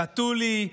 שתו לי,